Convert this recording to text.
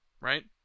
Right